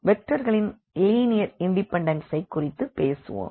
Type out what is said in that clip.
வெக்டர்களின் லீனியர் இண்டிபென்டன்சைக் குறித்துப் பேசுவோம்